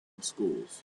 schools